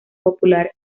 popular